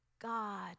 God